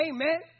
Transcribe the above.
Amen